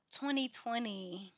2020